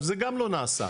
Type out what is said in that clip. זה גם לא נעשה,